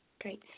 Great